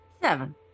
Seven